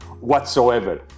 whatsoever